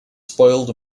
spoiled